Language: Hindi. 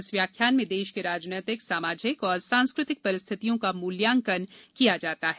इस व्याख्यान में देश की राजनीतिक सामाजिक और सांस्कृतिक परिस्थितियों का मूल्यांकन किया जाता है